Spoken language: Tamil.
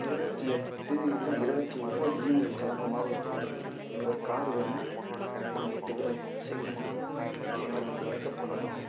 இருபத்தி எட்டு இல்லை இருபத்தி ஒம்பது ஈவினிங் கிளம்புற மாதிரி இருக்கும் எங்களுக்கு ஒரு காரு வேணும் நாங்கள் எட்டு பேர் இருப்போம் சீக்கிரமாக வாங்க எங்களுக்கு வந்து பிக்அப் பண்ணும்